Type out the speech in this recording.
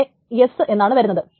ഇവിടെ എസ്സ് എന്നാണ് വരുന്നത്